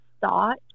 thought